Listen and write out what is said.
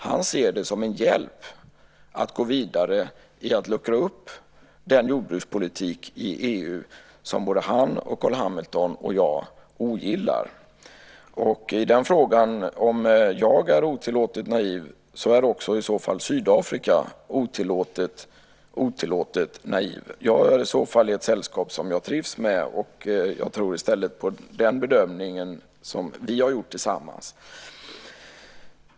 Han ser det som en hjälp att gå vidare med att luckra upp den jordbrukspolitik i EU som både han, Carl Hamilton och jag ogillar. Om jag är otillåtet naiv, är Sydafrika det också i så fall. Då befinner jag mig i ett sällskap som jag trivs med. Jag tror i stället på den bedömning som vi har gjort tillsammans.